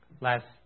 Last